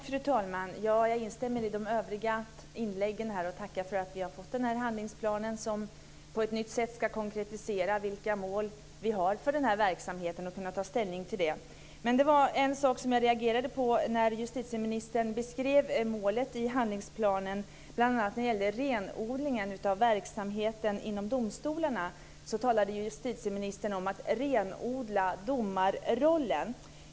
Fru talman! Jag instämmer i de övriga inläggen och tackar för att vi har fått denna handlingsplan, som på ett nytt sätt ska konkretisera vilka mål vi har för denna verksamhet så att vi kan ta ställning till det. Jag reagerade på en sak när justitieministern beskrev målet i handlingsplanen när det gällde renodlingen av verksamheten inom domstolarna. Justitieministern talade om att renodla domarrollen.